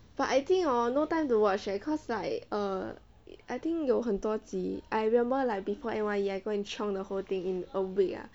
but I think hor no time to watch eh cause like err I think 有很多集 I remember like before N_Y_E I go and chiong the whole thing in a week ah